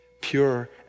pure